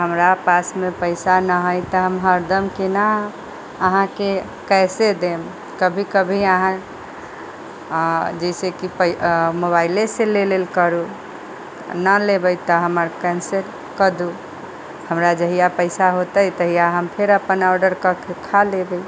हमरा पास मे पैसा ना है तऽ हम हरदम केना अहाँके कैशे देब कभी कभी अहाँ जैसेकि पैसा मोबाइले से ले लेल करू आ ना लेबै तऽ हमर कैन्सिल कर दू हमरा जहिया पैसा होते तहिया हम फेर अपन ऑर्डर करके खा लेबे